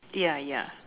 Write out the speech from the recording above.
ya ya